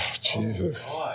Jesus